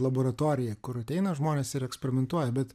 laboratorija kur ateina žmonės ir eksperimentuoja bet